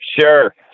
Sure